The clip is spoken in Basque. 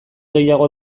gehiago